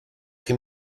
che